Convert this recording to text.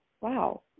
wow